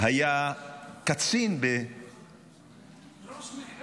היה קצין בראש מחלק